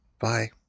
Bye